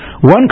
one